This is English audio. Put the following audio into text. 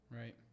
Right